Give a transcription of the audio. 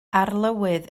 arlywydd